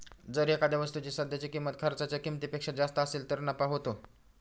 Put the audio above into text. जर एखाद्या वस्तूची सध्याची किंमत खर्चाच्या किमतीपेक्षा जास्त असेल तर नफा होतो